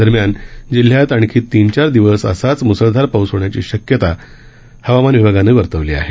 दरम्यान जिल्ह्यात आणखी तीन चार दिवस असाच म्सळधार पाऊस होण्याची शक्यता हवामान विभागानं वर्तवली आहे